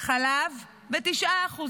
חלב, ב-9%,